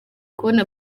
kubona